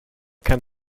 kein